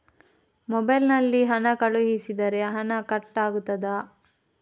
Mobile ನಲ್ಲಿ ಹಣ ಕಳುಹಿಸಿದರೆ ಹಣ ಕಟ್ ಆಗುತ್ತದಾ?